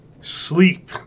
Sleep